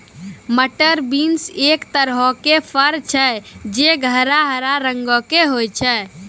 मटर बींस एक तरहो के फर छै जे गहरा हरा रंगो के होय छै